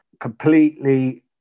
completely